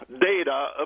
data